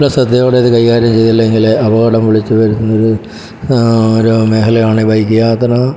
ശ്രദ്ധയോടെ ഇത് കൈകാര്യം ചെയ്തില്ലെങ്കിൽ അപകടം വിളിച്ചുവരുത്തുന്നതിന് ഒരു മേഖലയാണ് ബൈക്ക് യാത്ര